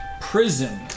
prison